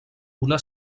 una